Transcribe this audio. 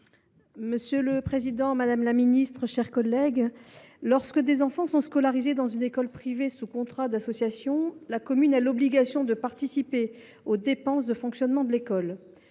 Claude Lermytte. Madame la ministre, lorsque des enfants sont scolarisés dans une école privée sous contrat d’association, la commune a l’obligation de participer aux dépenses de fonctionnement de l’école.